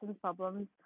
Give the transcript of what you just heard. problems